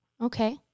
Okay